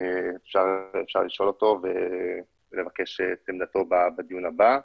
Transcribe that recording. אפשר לשאול אותו ולבקש את עמדתו בדיון הבא.